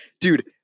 Dude